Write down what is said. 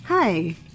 Hi